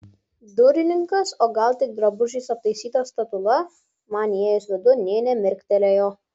durininkas o gal tik drabužiais aptaisyta statula man įėjus vidun nė nemirktelėjo